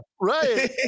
right